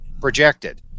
projected